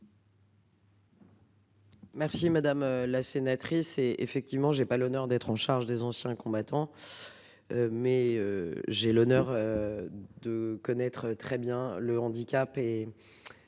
Merci madame la sénatrice et effectivement j'ai pas l'honneur d'être en charge des anciens combattants. Mais j'ai l'honneur. De connaître très bien le handicap et.